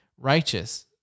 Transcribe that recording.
righteous